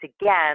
again